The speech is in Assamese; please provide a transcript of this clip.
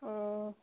অঁ